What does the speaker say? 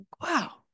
wow